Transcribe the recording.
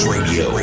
Radio